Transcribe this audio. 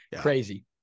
Crazy